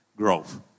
growth